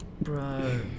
Bro